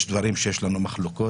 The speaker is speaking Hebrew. יש דברים שיש לנו מחלוקות.